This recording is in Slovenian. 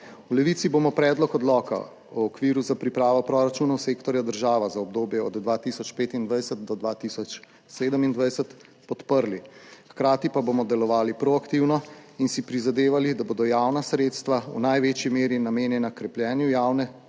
V Levici bomo Predlog Odloka o okviru za pripravo proračunov sektorja država za obdobje od 2025 do 2027 podprli, hkrati pa bomo delovali proaktivno in si prizadevali, da bodo javna sredstva v največji meri namenjena krepljenju javne